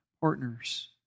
partners